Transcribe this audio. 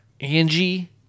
Angie